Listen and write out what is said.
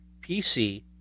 PC